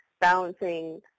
balancing